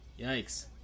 Yikes